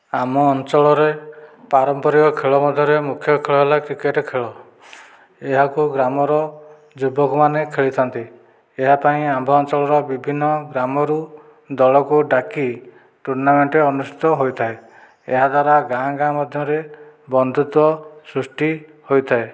ଆମ ଅଞ୍ଚଳରେ ପାରମ୍ପରିକ ଖେଳ ମଧ୍ୟରେ ମୁଖ୍ୟ ଖେଳ ହେଲା କ୍ରିକେଟ ଖେଳ ଏହାକୁ ଗ୍ରାମର ଯୁବକ ମାନେ ଖେଳିଥାନ୍ତି ଏହା ପାଇଁ ଆମ୍ଭ ଅଞ୍ଚଳର ବିଭିନ୍ନ ଗ୍ରାମରୁ ଦଳକୁ ଡାକି ଟୁର୍ଣ୍ଣାମେଣ୍ଟ ଅନୁଷ୍ଠିତ ହୋଇଥାଏ ଏହା ଦ୍ଵାରା ଗାଁ ଗାଁ ମଧ୍ୟରେ ବନ୍ଧୁତ୍ୱ ସୃଷ୍ଟି ହୋଇଥାଏ